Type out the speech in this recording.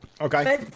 Okay